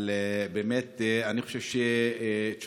אבל באמת אני חושב שתשובתך,